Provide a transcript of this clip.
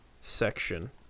section